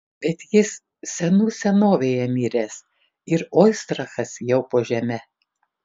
bet jis senų senovėje miręs ir oistrachas jau po žeme